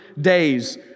days